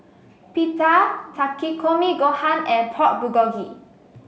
Pita Takikomi Gohan and Pork Bulgogi